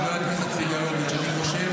חבר הכנסת סגלוביץ',